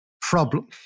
problem